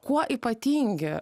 kuo ypatingi